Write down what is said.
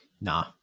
Nah